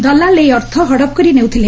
ଦଲାଲ ଏହି ଅର୍ଥ ହଡପ କରି ନେଉଥିଲେ